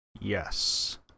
Yes